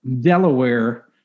Delaware